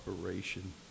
operation